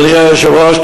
אדוני היושב-ראש,